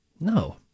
No